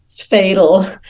fatal